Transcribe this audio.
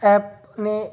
ॲपने